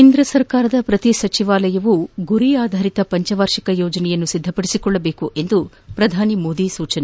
ಕೇಂದ್ರ ಸರ್ಕಾರದ ಪ್ರತಿ ಸಚಿವಾಲಯವೂ ಗುರಿ ಆಧರಿತ ಪಂಚ ವಾರ್ಷಿಕ ಯೋಜನೆ ಸಿದ್ದಪಡಿಸಿಕೊಳ್ಳಬೇಕೆಂದು ಪ್ರಧಾನಿ ಮೋದಿ ಸೂಚನೆ